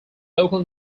local